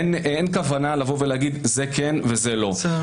אין כוונה להגיד: זה כן וזה לא,